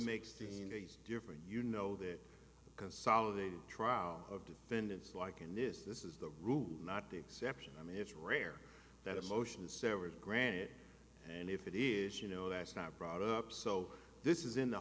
makes the case different you know that consolidated trial of defendants like in this this is the route not the exception i mean it's rare that a motion severed grand and if it is you know that's not brought up so this is in the